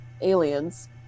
aliens